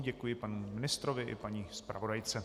Děkuji panu ministrovi i paní zpravodajce.